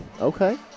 Okay